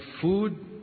food